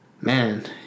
man